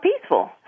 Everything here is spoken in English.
peaceful